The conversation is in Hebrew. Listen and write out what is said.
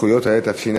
התשע"ה,